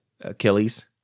Achilles